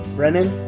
Brennan